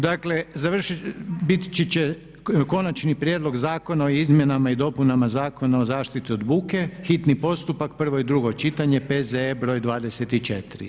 Dakle, biti će Konačni prijedlog zakona o izmjenama i dopuni Zakona o zaštiti od buke, hitni postupak, prvo i drugo čitanje, P.Z.E. br. 24.